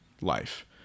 life